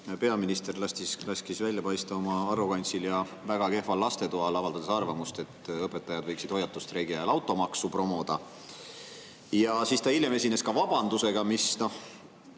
peaminister laskis välja paista oma arrogantsil ja väga kehval lastetoal, avaldades arvamust, et õpetajad võiksid hoiatusstreigi ajal automaksu promoda. Ta hiljem esines ka vabandusega, mis